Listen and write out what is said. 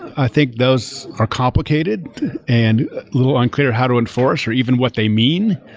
i think those are complicated and a little unclear how to enforce or even what they mean,